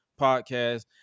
podcast